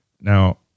Now